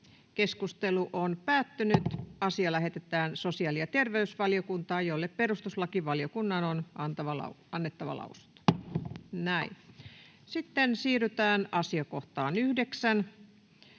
ehdottaa, että asia lähetetään sosiaali- ja terveysvaliokuntaan, jolle perustuslakivaliokunnan on annettava lausunto. Lähetekeskusteluun varataan tässä